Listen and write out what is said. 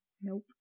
Nope